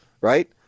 Right